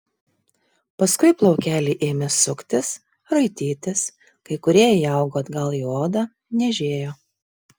paskui plaukeliai ėmė suktis raitytis kai kurie įaugo atgal į odą niežėjo